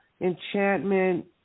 enchantment